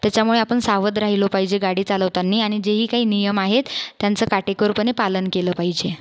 त्याच्यामुळे आपण सावध राहिलो पाहिजे गाडी चालवताना आणि जेही काही नियम आहेत त्यांचं काटेकोरपणे पालन केलं पाहिजे